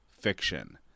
fiction